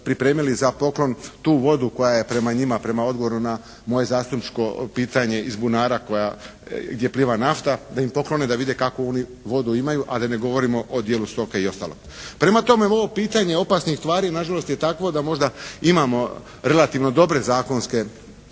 pripremili za poklon tu vodu koja je prema njima, prema odgovoru na moje zastupničko pitanje iz bunara gdje pliva nafta, da im poklone, da vide kakvu oni vodu imaju, a da ne govorimo o dijelu stoke i ostalo. Prema tome, ovo pitanje opasnih tvari na žalost je takvo da možda imamo relativno dobre zakonske